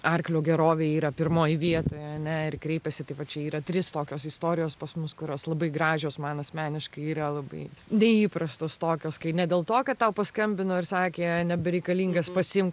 arklio gerovė yra pirmoj vietoj ane ir kreipėsi tai va čia yra trys tokios istorijos pas mus kurios labai gražios man asmeniškai yra labai neįprastos tokios kai ne dėl to kad tau paskambino ir sakė nebereikalingas pasiimk